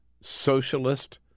socialist